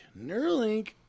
Neuralink